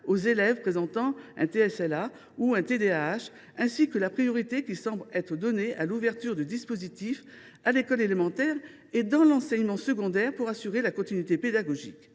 et des apprentissages (TSLA) ou un TDAH, ainsi que la priorité qui semble être donnée à l’ouverture de dispositifs à l’école élémentaire et dans l’enseignement secondaire pour assurer la continuité pédagogique.